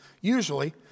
usually